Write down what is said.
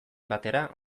batera